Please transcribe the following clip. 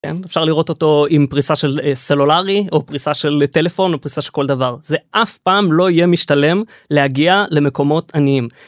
אפשר לראות אותו עם פריסה של סלולרי, או פריסה של טלפון, או פריסה של כל דבר - זה אף פעם לא יהיה משתלם להגיע למקומות עניים.